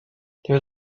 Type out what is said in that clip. there